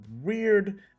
weird